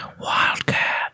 Wildcat